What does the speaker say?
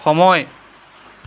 সময়